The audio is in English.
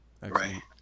Right